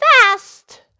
fast